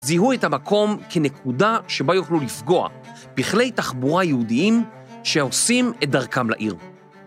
‫זיהו את המקום כנקודה שבה יוכלו לפגוע ‫בכלי תחבורה יעודיים ‫שעושים את דרכם לעיר.